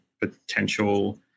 potential